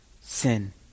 sin